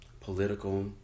political